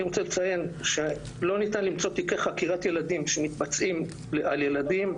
אני רוצה לציין שלא ניתן למצוא תיקי חקירת ילדים שמתבצעים על ילדים,